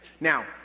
Now